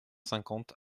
cinquante